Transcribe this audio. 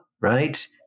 right